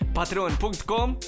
patreon.com